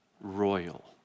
royal